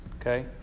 okay